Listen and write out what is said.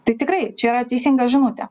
tai tikrai čia teisinga žinutė